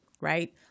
right